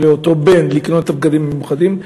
או לאותו בן לקנות את הבגדים המיוחדים?